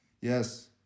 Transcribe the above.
Yes